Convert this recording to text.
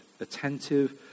attentive